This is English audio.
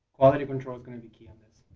quality control is going to be key on this.